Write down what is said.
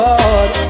Lord